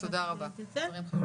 תודה רבה.